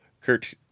Kurt